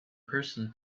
person